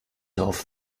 off